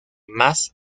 más